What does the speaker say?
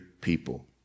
people